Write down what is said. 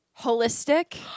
Holistic